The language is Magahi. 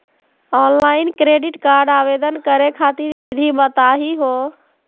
ऑनलाइन क्रेडिट कार्ड आवेदन करे खातिर विधि बताही हो?